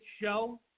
show